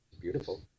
Beautiful